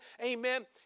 Amen